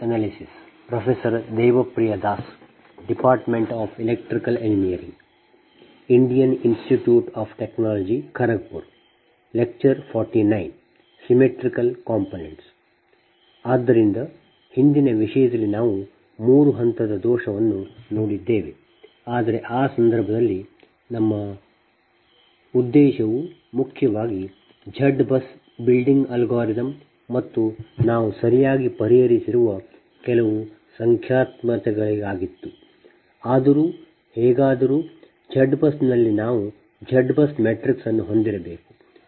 ಆದ್ದರಿಂದ ಹಿಂದಿನ ವಿಷಯದಲ್ಲಿ ನಾವು ನ 3 ಹಂತದ ದೋಷವನ್ನು ನೋಡಿದ್ದೇವೆ ಆದರೆ ಆ ಸಂದರ್ಭದಲ್ಲಿ ನಮ್ಮ ಉದ್ದೇಶವು ಮುಖ್ಯವಾಗಿ Z BUS ಬಿಲ್ಡಿಂಗ್ ಅಲ್ಗಾರಿದಮ್ ಮತ್ತು ನಾವು ಸರಿಯಾಗಿ ಪರಿಹರಿಸಿರುವ ಕೆಲವು ಸಂಖ್ಯಾತ್ಮಕತೆಗಳಿಗಾಗಿತ್ತು ಆದರೆ ಹೇಗಾದರೂ Z BUS ನಲ್ಲಿ ನಾವು Z BUS matrix ಅನ್ನು ಹೊಂದಿರಬೇಕು